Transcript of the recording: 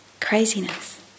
craziness